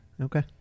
Okay